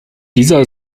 dieser